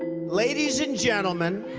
ladies and gentlemen.